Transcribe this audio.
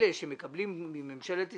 אלה שמקבלים מממשלת ישראל,